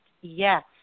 Yes